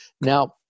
Now